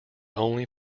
only